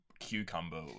cucumber